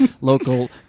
Local